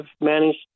managed